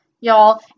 y'all